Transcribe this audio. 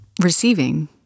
receiving